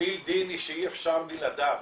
בילד-אין שאי אפשר בלעדיו,